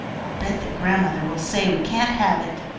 bet that grandmother will say we can't have it.